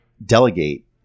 Delegate